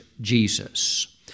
Jesus